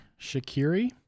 Shakiri